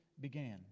began